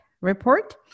report